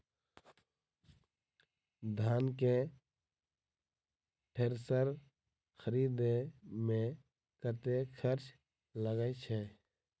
धान केँ थ्रेसर खरीदे मे कतेक खर्च लगय छैय?